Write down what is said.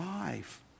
life